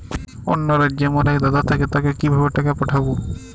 অন্য রাজ্যে আমার এক দাদা থাকে তাকে কিভাবে টাকা পাঠাবো?